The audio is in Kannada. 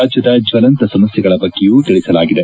ರಾಜ್ಞದ ಜ್ವಲಂತ ಸಮಸ್ಥೆಗಳ ಬಗ್ಗೆಯೂ ತಿಳಿಸಲಾಗಿದೆ